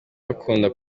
bakunda